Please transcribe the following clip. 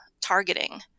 targeting